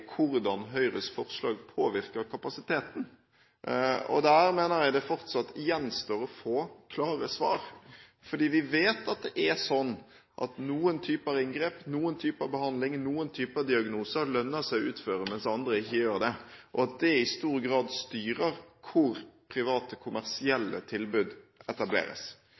hvordan Høyres forslag påvirker kapasiteten. Der mener jeg det fortsatt gjenstår å få klare svar, for vi vet at det er sånn at noen typer inngrep, noen typer behandling, noen typer diagnoser lønner det seg å utføre, mens andre ikke gjør det, og at det i stor grad styrer hvor private kommersielle tilbud etableres